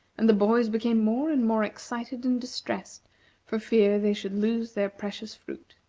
and the boys became more and more excited and distressed for fear they should lose their precious fruit.